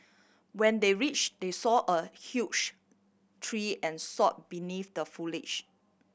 when they reach they saw a huge tree and saw beneath the foliage